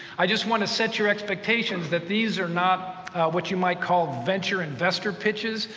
i just want to set your expectations that these are not what you might call venture investor pitches,